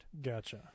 Gotcha